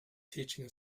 teaching